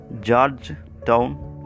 Georgetown